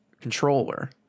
controller